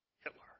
Hitler